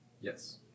Yes